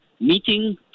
meeting